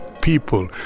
people